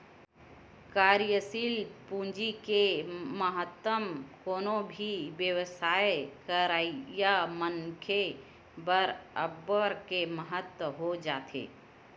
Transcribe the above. कार्यसील पूंजी के महत्तम कोनो भी बेवसाय करइया मनखे बर अब्बड़ के महत्ता हो जाथे